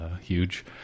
huge